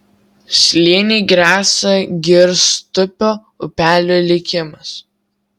slėniui gresia girstupio upelio likimas